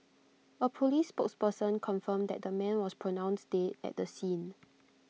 A Police spokesperson confirmed that the man was pronounced dead at the scene